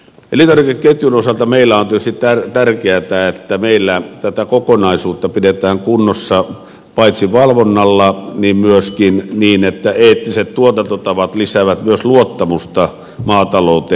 elintarvikeketjun osalta on tietysti tärkeätä että meillä tätä kokonaisuutta pidetään kunnossa paitsi valvonnalla myöskin niin että eettiset tuotantotavat lisäävät myös luottamusta maatalouteen